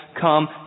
come